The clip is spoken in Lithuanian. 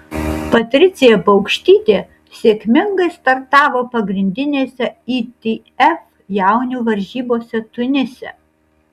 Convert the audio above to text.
patricija paukštytė sėkmingai startavo pagrindinėse itf jaunių varžybose tunise